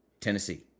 Tennessee